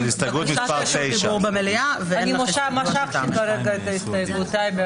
הסתייגות מס' 9. אני משכתי את ההסתייגות שלי.